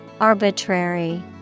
Arbitrary